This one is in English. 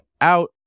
out